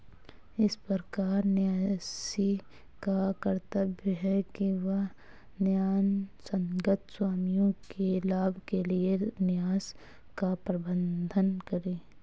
इस प्रकार न्यासी का कर्तव्य है कि वह न्यायसंगत स्वामियों के लाभ के लिए न्यास का प्रबंधन करे